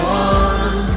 one